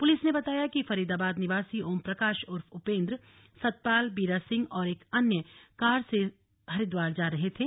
police ने बताया कि फरीदाबाद निवासी ओमप्रकाश उर्फ उपेंद्र सतपाल बीरा सिंह और एक अन्य कार से हरिद्वार जा रहे थे